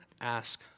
ask